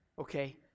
okay